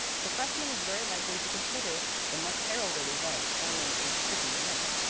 the freshman is very likely to consider the much heralded event only a pretty myth,